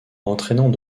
entraînant